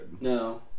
No